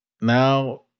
Now